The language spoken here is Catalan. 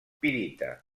pirita